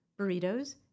burritos